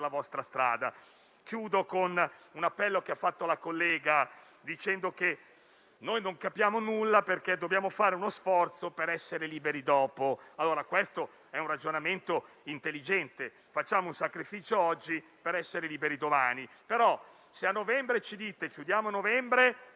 la vostra strada. Chiudo riferendomi all'appello che ha fatto la collega, che ha detto che noi non capiamo nulla e che dobbiamo fare uno sforzo per essere liberi dopo. Questo è un ragionamento intelligente: facciamo un sacrificio oggi per essere liberi domani; però, a novembre ci dite che chiudiamo per